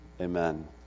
Amen